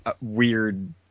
weird